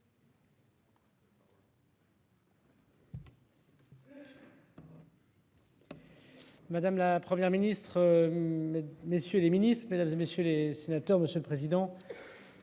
Madame, la Première ministre. Messieurs les Ministres mesdames et messieurs les sénateurs, Monsieur le Président.